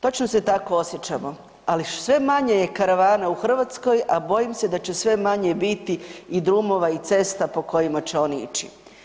Točno se tako osjećamo, ali sve manje je karavan u Hrvatskoj, a bojim se da će sve manje biti i drumova i cesta po kojima će oni ići.